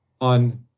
on